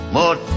more